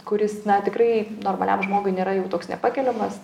kuris na tikrai normaliam žmogui nėra jau toks nepakeliamas